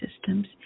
systems